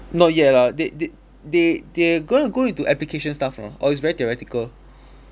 not yet lah they they they they're going to go into application stuff lah or it's very theoretical